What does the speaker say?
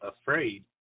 afraid